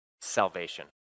salvation